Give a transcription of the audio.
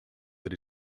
that